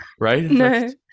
Right